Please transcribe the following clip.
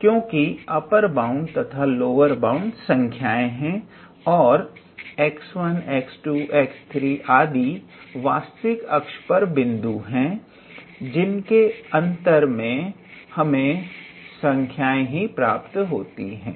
क्योंकि upper bound तथा lower bound संख्याएं हैं और 𝑥1𝑥2𝑥3 वास्तविक अक्ष पर बिंदु है जिनके अंतर से हमें संख्याएं ही प्राप्त होती हैं